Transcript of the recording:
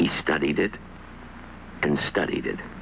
he studied it and studied it